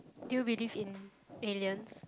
do you believe in aliens